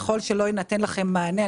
ככל שלא יינתן לכם מענה,